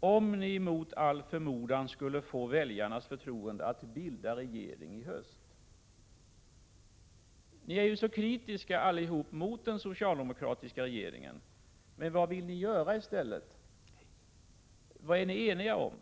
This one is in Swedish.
om ni mot all förmodan skulle få väljarnas förtroende att bilda regering i höst? Ni är ju kritiska mot den socialdemokratiska regeringen. Men vad vill ni göra i stället? Vad är ni eniga om?